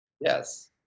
Yes